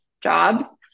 jobs